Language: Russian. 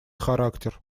характер